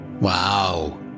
Wow